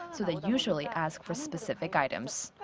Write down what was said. so they usually ask for specific items.